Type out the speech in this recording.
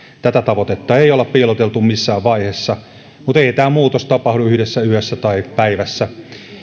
tätä tavoitetta ei ole piiloteltu missään vaiheessa mutta ei tämä muutos tapahdu yhdessä yössä tai päivässä